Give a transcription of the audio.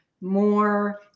more